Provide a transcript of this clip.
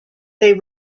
they